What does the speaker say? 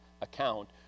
account